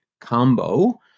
combo